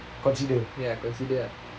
consider